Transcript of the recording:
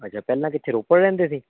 ਅੱਛਾ ਪਹਿਲਾਂ ਕਿੱਥੇ ਰੋਪੜ ਰਹਿੰਦੇ ਸੀ